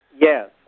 Yes